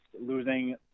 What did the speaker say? losing